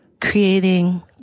creating